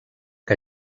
que